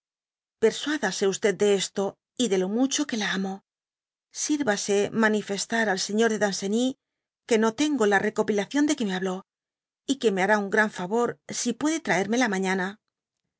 persuádase de esto y de lo mupho que la amo siryase manifestar al señor de danceny que no tengo la recopilación de que me haaó y y que me hará un gran favor si puede traérmela mañana